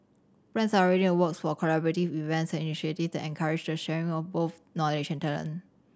plans are already in the works for collaborative events and initiatives that encourage the sharing of both knowledge and talent